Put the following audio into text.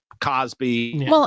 Cosby